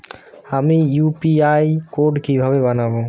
আমি UPI code কিভাবে বানাব?